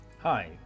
Hi